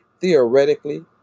Theoretically